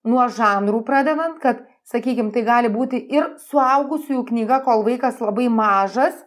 nuo žanrų pradedant kad sakykim tai gali būti ir suaugusiųjų knyga kol vaikas labai mažas